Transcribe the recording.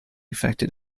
affected